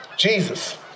Jesus